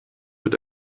mit